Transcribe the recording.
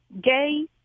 Gay